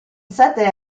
sette